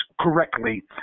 correctly